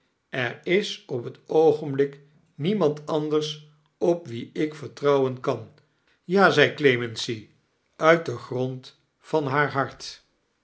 er is op het oogenblik niemand anders op wie ik vertirouwen kan ja zei clemency uit den grond van haar hart